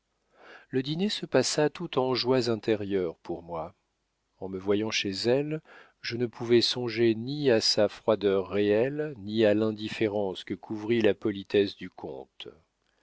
le dîner se passa tout en joies intérieures pour moi en me voyant chez elle je ne pouvais songer ni à sa froideur réelle ni à l'indifférence que couvrit la politesse du comte